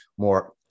more